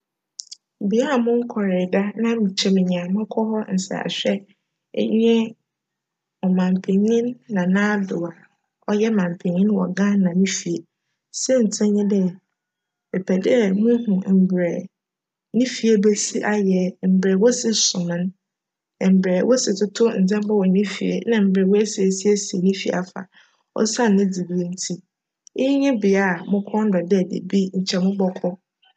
Bea monkcree da na nkyj minyaa mobckc hc nsrahwj nye Cman Panyin Nana Addo a cyj Cman Panyin wc Ghana ne fie. Siantsir nye dj, mepj dj muhu mbrj ne fie besi ayj, mbrj wosi som no, mbrj wosi toto ndzjmba wc ne fie nna mbrj oesi esiesie ne fie afa osian ne dzibea ntsi. Iyi nye bea mo kcn dc dj da bi mobckc.